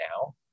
now